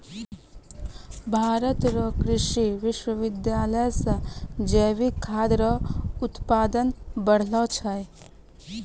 भारत रो कृषि विश्वबिद्यालय से जैविक खाद रो उत्पादन बढ़लो छै